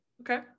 okay